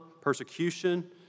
persecution